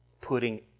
putting